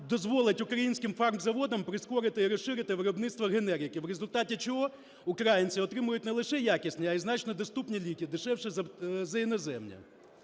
дозволить українським фармзаводам прискорити і розширити виробництво генериків, у результаті чого українці отримують не лише якісні, а й значно доступніші ліки, дешевші за іноземні.